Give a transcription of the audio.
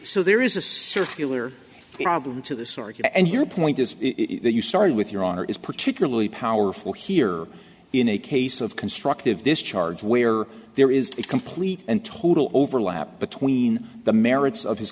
so there is a circular problem to the sword and your point is that you start with your honor is particularly powerful here in a case of constructive discharge where there is a complete and total over lap between the merits of his